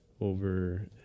over